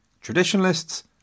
Traditionalists